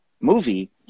movie